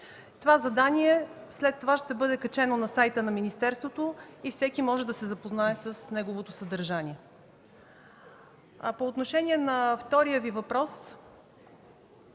това заданието ще бъде качено на сайта на министерството и всеки ще може да се запознае с неговото съдържание.